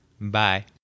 bye